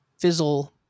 fizzle